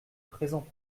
présent